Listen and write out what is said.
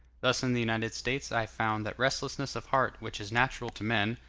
thus in the united states i found that restlessness of heart which is natural to men,